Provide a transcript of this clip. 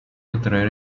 atraer